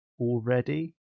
already